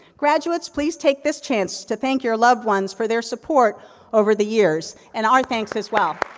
graduates, please take this chance to thank your loved ones for their support over the years, and our thanks as well.